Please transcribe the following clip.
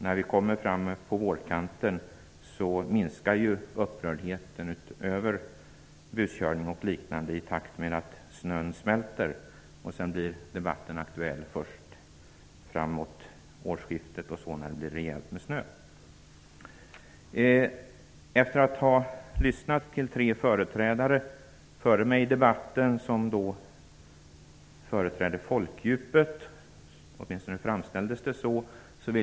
Nu har vi kommit in en bit på våren. Upprördheten över buskörning och sådant minskar ju i takt med att snön smälter. Debatten blir aktuell först framåt årsskiftet när det är rejält med snö. Jag har lyssnat till tre talare före mig i debatten. De företrädde folkdjupet -- åtminstone framställdes det så.